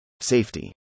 Safety